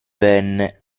venne